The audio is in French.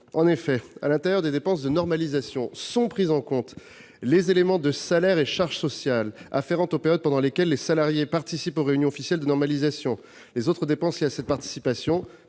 En effet, à l'intérieur des dépenses de normalisation sont pris en considération les éléments de salaires et charges sociales afférents aux périodes pendant lesquelles les salariés participent aux réunions officielles de normalisation, les autres dépenses liées à cette participation,